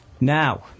Now